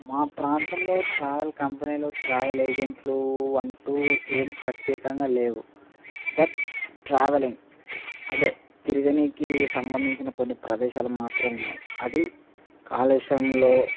మా ప్రాంతంలో ట్రావెల్ కంపెనీలు ట్రావెల్ ఏజెంట్లు అంటు ఏం ప్రత్యేకంగా లేవు బట్ ట్రావెలింగ్ అదే తిరడానికి సంబంధించిన కొన్ని ప్రదేశాలు మాత్రం ఉన్నాయి అది కాళేశ్వరంలో